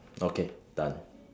okay done